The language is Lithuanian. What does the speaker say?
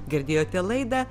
girdėjote laidą